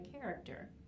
character